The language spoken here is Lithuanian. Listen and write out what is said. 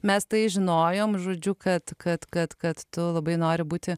mes tai žinojom žodžiu kad kad kad kad tu labai nori būti